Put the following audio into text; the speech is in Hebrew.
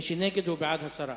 מי שנגד הוא בעד הסרה.